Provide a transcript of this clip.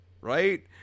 Right